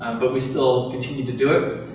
but we still continued to do it.